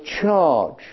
charge